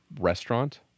restaurant